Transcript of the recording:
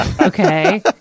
Okay